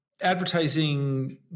Advertising